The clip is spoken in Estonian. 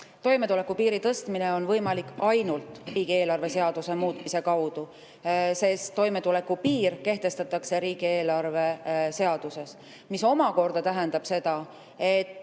toimetulekupiiri tõstmine on võimalik ainult riigieelarve seaduse muutmise kaudu, sest toimetulekupiir kehtestatakse riigieelarve seaduses, mis omakorda tähendab seda, et